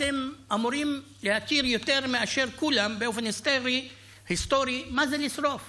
אתם אמורים להכיר יותר מאשר כולם באופן היסטורי מה זה לשרוף